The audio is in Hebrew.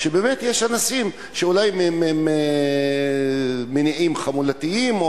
באמת יש אנשים שאולי ממניעים חמולתיים,